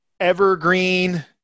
evergreen